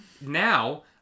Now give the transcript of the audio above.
now